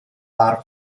dar